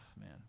man